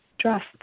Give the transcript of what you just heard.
trust